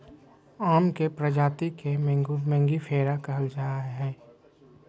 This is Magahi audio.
आम के प्रजाति के मेंगीफेरा कहल जाय हइ